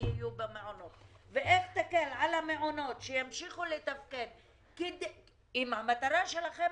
יהיו במעונות ואיך תקל על המעונות שימשיכו לתפקד אם המטרה שלכם